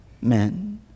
men